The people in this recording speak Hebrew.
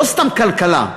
לא סתם כלכלה,